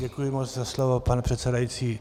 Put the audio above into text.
Děkuji moc za slovo, pane předsedající.